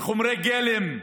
בחומרי גלם,